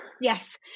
Yes